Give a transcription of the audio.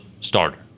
starter